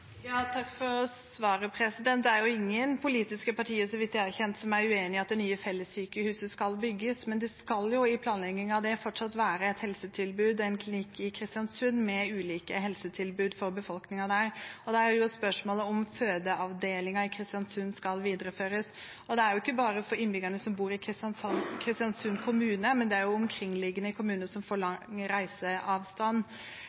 Takk for svaret. Det er jo ingen politiske partier, meg bekjent, som er uenig i at det nye fellessykehuset skal bygges, men det skal jo, i planleggingen av det, fortsatt være et helsetilbud og en klinikk i Kristiansund med ulike helsetilbud for befolkningen der. Da er spørsmålet om fødeavdelingen i Kristiansund skal videreføres – og det er jo ikke bare for innbyggerne som bor i Kristiansund kommune, men det er jo omkringliggende kommuner som får